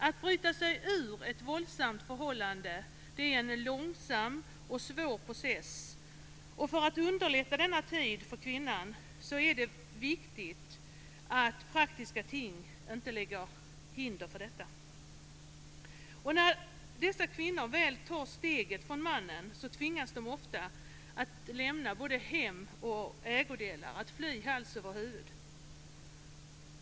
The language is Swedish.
Att bryta sig ur ett våldsamt förhållande är en långsam och svår process. Och för att underlätta denna tid för kvinnan är det viktigt att praktiska ting inte lägger hinder för detta. När dessa kvinnor väl tar steget från mannen tvingas de ofta att lämna både hem och ägodelar och att fly hals över huvud.